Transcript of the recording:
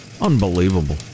unbelievable